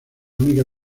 única